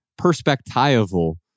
perspectival